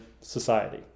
society